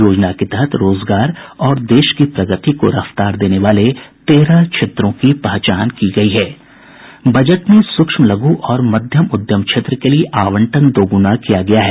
योजना के तहत रोजगार और देश की प्रगति को रफ्तार देने वाले तेरह क्षेत्रों की पहचान की गयी है बजट में सूक्ष्म लघू और मध्यम उद्यम क्षेत्र के लिए आवंटन दोगूना किया गया है